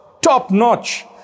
top-notch